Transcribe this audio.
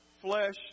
flesh